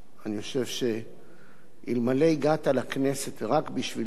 אני חושב שאילו הגעת לכנסת רק בשביל זה,